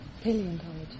Paleontology